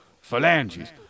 phalanges